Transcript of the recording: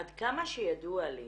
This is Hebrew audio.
עד כמה שידוע לי